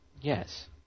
Yes